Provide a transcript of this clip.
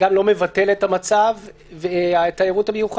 שזה גם לא מבטל את המצב של התיירות המיוחד,